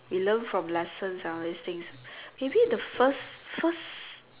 we learn from lessons and all these things maybe the first first